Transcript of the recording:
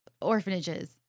orphanages